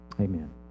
Amen